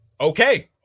Okay